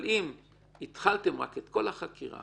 אבל אם התחלתם את כל החקירה